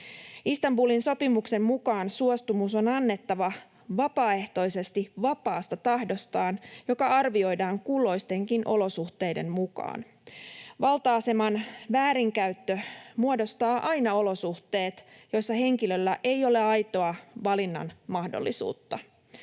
Istanbulin sopimuksen mukaan suostumus on annettava vapaaehtoisesti vapaasta tahdostaan, mitä arvioidaan kulloistenkin olosuhteiden mukaan. Valta-aseman väärinkäyttö muodostaa aina olosuhteet, joissa henkilöllä ei ole aitoa valinnan mahdollisuutta.